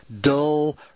dull